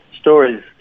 stories